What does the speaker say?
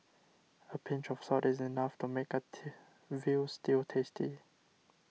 a pinch of salt is enough to make a till Veal Stew tasty